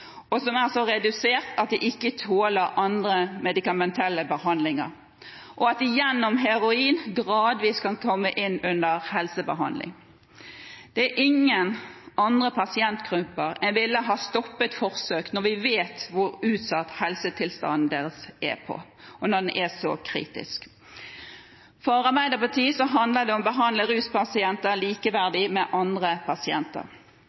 og som er så redusert at de ikke tåler andre medikamentelle behandlinger – gradvis under helsebehandling. Det er ingen andre pasientgrupper en ville ha stoppet forsøk for, når vi vet hvor utsatt helsetilstanden deres er, og når den er så kritisk. For Arbeiderpartiet handler det om å behandle ruspasienter og andre pasienter